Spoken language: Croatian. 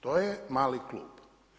To je mali klub.